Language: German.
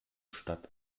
stadt